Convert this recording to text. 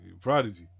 Prodigy